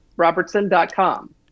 robertson.com